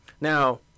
Now